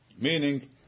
Meaning